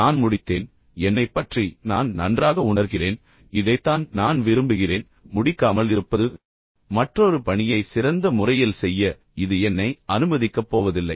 நான் முடித்தேன் என்னைப் பற்றி நான் நன்றாக உணர்கிறேன் இதைத்தான் நான் விரும்புகிறேன் முடிக்காமல் இருப்பது எனவே இது மீண்டும் என்னை பயமுறுத்தப் போகிறது மேலும் மற்றொரு பணியை சிறந்த முறையில் செய்ய இது என்னை அனுமதிக்கப்போவதில்லை